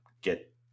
get